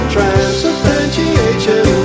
Transubstantiation